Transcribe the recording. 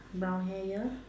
brown hair here